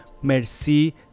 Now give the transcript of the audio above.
merci